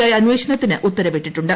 I അന്വേഷണത്തിന് ഉത്തരവിട്ടിട്ടുണ്ട്